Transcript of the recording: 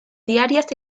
diarias